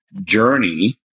journey